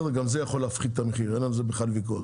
גם זה יכול להפחית את המחיר; אין על זה בכלל ויכוח.